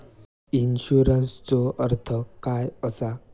इन्शुरन्सचो अर्थ काय असा?